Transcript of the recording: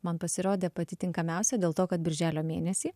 man pasirodė pati tinkamiausia dėl to kad birželio mėnesį